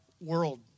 world